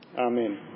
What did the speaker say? Amen